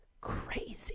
crazy